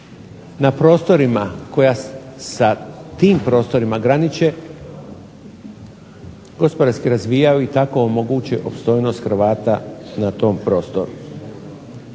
na prostorima koja sa tim prostima graniče gospodarski razvijaju i tako omoguće opstojnost Hrvata na tom prostoru.